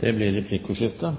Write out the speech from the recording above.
Det blir replikkordskifte.